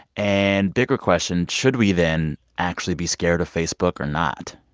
and bigger question, should we then actually be scared of facebook or not?